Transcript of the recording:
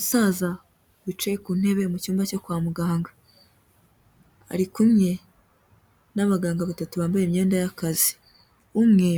Umusaza wicaye ku ntebe mu cyumba cyo kwa muganga ari kumwe n'abaganga batatu bambaye imyenda y'akazi, umwe